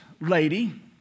lady